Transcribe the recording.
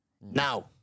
Now